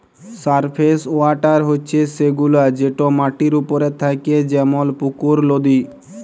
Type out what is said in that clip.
surface water হছে সেগুলা যেট মাটির উপরে থ্যাকে যেমল পুকুর, লদী